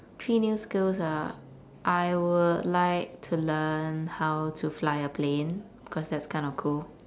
three new skills ah I would like to learn how to fly a plane cause that's kind of cool